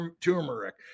turmeric